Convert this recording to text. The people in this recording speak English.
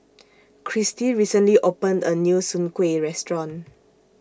Christi recently opened A New Soon Kuih Restaurant